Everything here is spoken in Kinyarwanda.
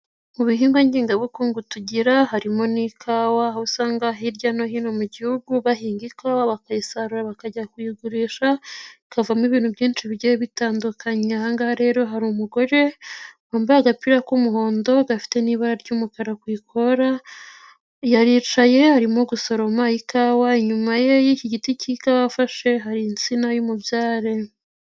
Mu bihingwa ngengabukungu tugira harimo n'ikawa, aho usanga hirya no hino mu gihugu bahinga ikawa bakayisarura bakajya kuyigurisha, ikavamo ibintu byinshi bigiye bitandukanye. Ahangaha rero hari umugore wambaye agapira k'umuhondo gafite n'ibara ry'umukara kuyikora yaricaye harimo gusoroma ikawa inyuma y'iki giti kikawa afashe hari insina y'umubyare.